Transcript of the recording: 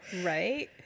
Right